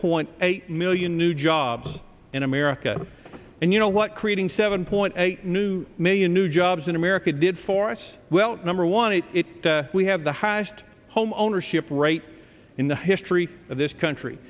point eight million new jobs in america and you know what creating seven point eight new million new jobs in america did for us well number one it it we have the highest home ownership rate in the history of this country